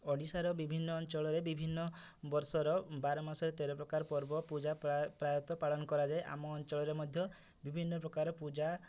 ଓଡ଼ିଶାରେ ବିଭିନ୍ନ ଅଞ୍ଚଳରେ ବିଭିନ୍ନ ବର୍ଷର ବାର ମାସରେ ତେର ପ୍ରକାର ପର୍ବ ପୂଜା ପ୍ରାୟ ପ୍ରାୟତଃ ପାଳନ କରାଯାଏ ଆମ ଅଞ୍ଚଳରେ ମଧ୍ୟ ବିଭିନ୍ନ ପ୍ରକାର ପୂଜା